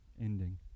ending